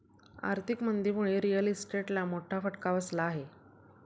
आर्थिक मंदीमुळे रिअल इस्टेटला मोठा फटका बसला आहे